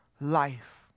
life